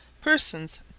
persons